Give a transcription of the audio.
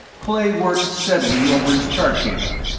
clay worked steadily over his chart table.